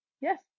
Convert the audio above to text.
Yes